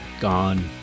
gone